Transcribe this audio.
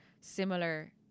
similar